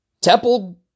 Temple